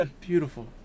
Beautiful